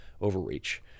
overreach